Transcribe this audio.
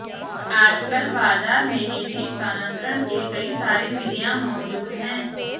आजकल बाज़ार में निधि स्थानांतरण के कई सारी विधियां मौज़ूद हैं